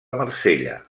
marsella